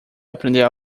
aprender